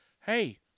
hey